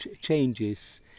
changes